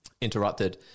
interrupted